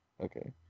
Okay